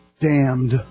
damned